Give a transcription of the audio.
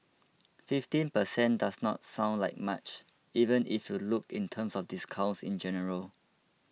fifteen per cent does not sound like much even if you look in terms of discounts in general